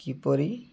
କିପରି